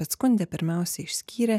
bet skunde pirmiausia išskyrė